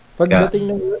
pagdating